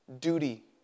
duty